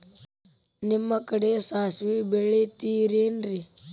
ನಿಮ್ಮ ಕಡೆ ಸಾಸ್ವಿ ಬೆಳಿತಿರೆನ್ರಿ?